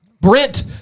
brent